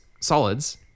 solids